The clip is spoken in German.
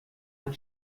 hat